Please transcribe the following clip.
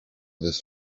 this